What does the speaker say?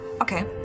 Okay